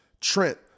trent